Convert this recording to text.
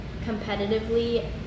competitively